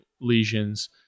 lesions